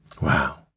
Wow